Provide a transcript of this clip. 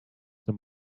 them